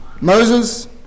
Moses